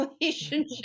relationship